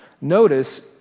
Notice